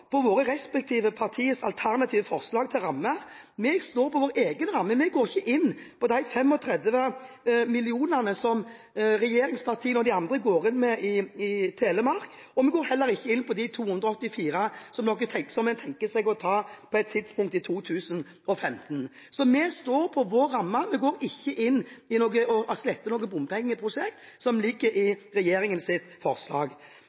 på våre respektive partiers alternative forslag til ramme. Vi står på vår egen ramme. Vi går ikke inn på de 35 mill. kr som regjeringspartiene og de andre går inn med i Telemark, og vi går heller ikke inn på de 284 mill. kr som man tenker seg å ta på et tidspunkt i 2015. Så vi står på vår ramme, vi går ikke inn og sletter noe bompengeprosjekt som ligger i regjeringens forslag.